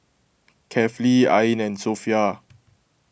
Kefli Ain and Sofea